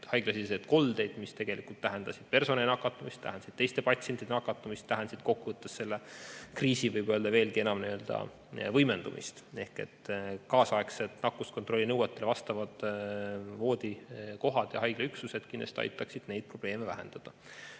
haiglasiseseid koldeid, mis tegelikult tähendasid personali nakatumist, teiste patsientide nakatumist ja kokku võttes selle kriisi veelgi enam võimendumist. Kaasaegsed nakkuskontrolli nõuetele vastavad voodikohad ja haiglaüksused kindlasti aitaksid neid probleeme vähendada,